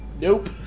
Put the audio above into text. Nope